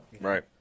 right